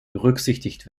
berücksichtigt